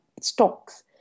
stocks